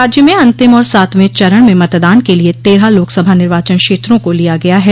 राज्य में अंतिम और सातवे चरण में मतदान के लिये तेरह लोकसभा निर्वाचन क्षेत्रों को लिया गया है